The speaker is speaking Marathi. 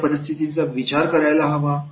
कोणत्या परिस्थितीचा विचार करायला हवा